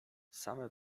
same